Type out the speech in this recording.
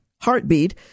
heartbeat